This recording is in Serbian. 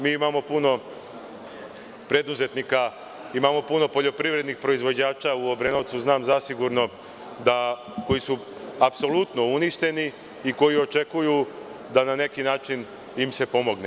Mi imamo puno preduzetnika, imamo puno poljoprivrednih proizvođača u Obrenovcu, znam zasigurno, koji su apsolutno uništeni i koji očekuju da im se na neki način pomogne.